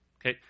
Okay